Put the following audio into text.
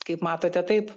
kaip matote taip